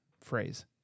phrase